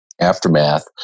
aftermath